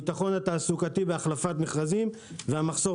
הביטחון התעסוקתי והחלפת מכרזים והמחסור